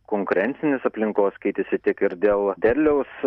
konkurencinės aplinkos keitėsi tiek ir dėl derliaus